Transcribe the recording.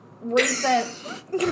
recent